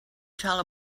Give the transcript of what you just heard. tell